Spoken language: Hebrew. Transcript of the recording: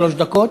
שלוש דקות.